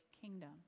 kingdom